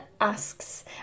asks